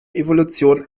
evolution